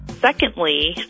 Secondly